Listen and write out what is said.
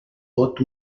vot